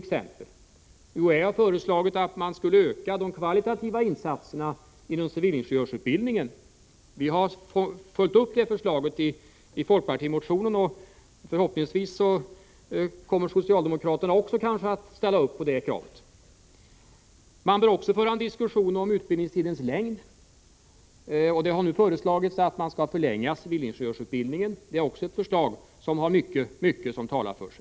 UHÄ har föreslagit att man skall öka de kvalitativa insatserna inom civilingenjörsutbildningen. Vi har följt upp det förslaget i folkpartimotionen, och förhoppningsvis kommer också socialdemokraterna att ställa upp på det kravet. Man bör också föra en diskussion om utbildningstidens längd. Det har föreslagits en förlängning av civilingenjörsutbildningen. Det är också ett — Nr 98 förslag som har mycket som talar för sig.